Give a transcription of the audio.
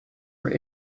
were